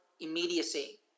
immediacy